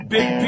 Big